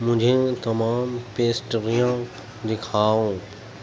مجھے تمام پیسٹریاں دکھاؤ